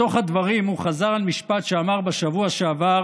בתוך הדברים הוא חזר על משפט שאמר בשבוע שעבר